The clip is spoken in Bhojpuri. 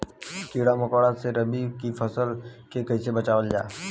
कीड़ों मकोड़ों से रबी की फसल के कइसे बचावल जा?